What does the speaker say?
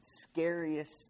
scariest